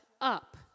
up